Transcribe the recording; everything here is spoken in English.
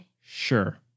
Sure